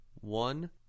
One